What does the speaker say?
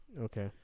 Okay